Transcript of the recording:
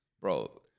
Bro